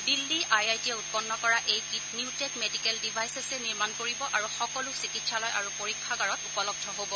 Delhi I I টিয়ে উৎপন্ন কৰা এই কিট নিউ টেক মেডিকেল ডিভাইচেচে নিৰ্মাণ কৰিব আৰু সকলো চিকিৎসালয় আৰু পৰীক্ষাগাৰত উপলব্ধ হব